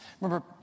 Remember